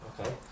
Okay